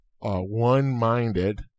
one-minded